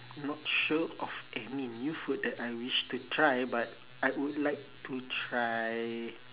not sure of any new food that I wish to try but I would like to try